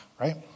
right